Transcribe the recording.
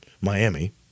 Miami